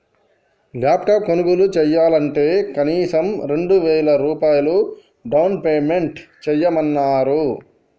laptop కొనుగోలు చెయ్యాలంటే కనీసం రెండు వేల రూపాయలు డౌన్ పేమెంట్ చెల్లించమన్నరు